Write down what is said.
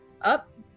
up